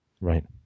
Right